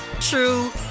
true